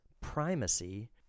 primacy